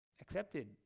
Accepted